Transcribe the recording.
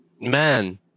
man